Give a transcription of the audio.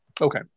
Okay